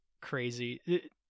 crazy